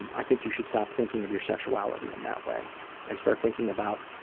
i think you should stop thinking of your sexuality in that way and start thinking about